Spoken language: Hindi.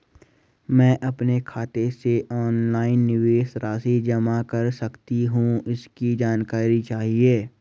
मैं अपने खाते से ऑनलाइन निवेश राशि जमा कर सकती हूँ इसकी जानकारी चाहिए?